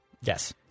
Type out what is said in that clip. Yes